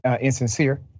insincere